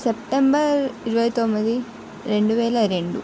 September ఇరవై తొమ్మిది రెండు వేల రెండు